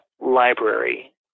library